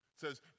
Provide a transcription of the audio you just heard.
says